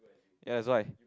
that's why